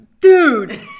dude